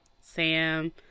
Sam